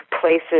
places